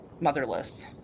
motherless